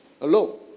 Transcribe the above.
Hello